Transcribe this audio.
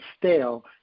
stale